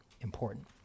important